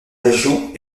région